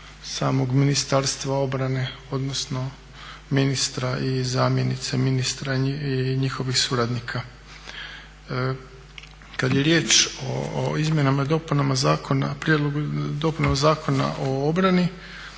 samog Ministarstva obrane, odnosno ministra i zamjenice ministra i njihovih suradnika. Kad je riječ o izmjenama i dopunama Zakona, prijedlogu dopuna Zakona o obrani